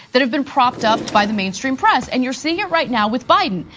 that have been propped up by the mainstream press. and you're seeing it right now with biden.